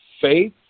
faith